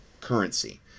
currency